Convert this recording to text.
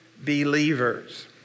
believers